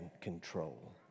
control